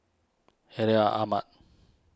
Ahmad